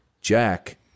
Jack